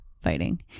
fighting